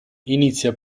inizia